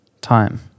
time